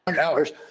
Hours